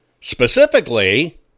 Specifically